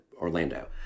Orlando